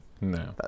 No